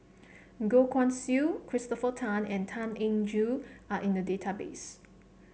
Goh Guan Siew Christopher Tan and Tan Eng Joo are in the database